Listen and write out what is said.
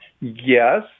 Yes